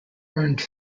earned